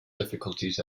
difficulties